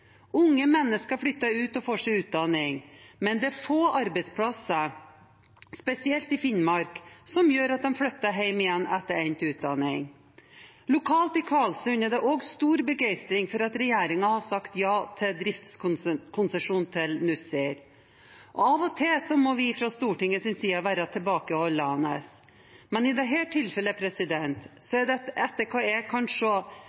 Unge mennesker flytter ut og får seg utdanning, men det er få arbeidsplasser, spesielt i Finnmark, som gjør at de flytter hjem igjen etter endt utdanning. Lokalt i Kvalsund er det også stor begeistring over at regjeringen har sagt ja til driftskonsesjon til Nussir. Av og til må vi fra Stortingets side være tilbakeholdne, men i dette tilfellet er det, etter hva jeg kan